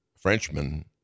Frenchman